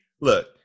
Look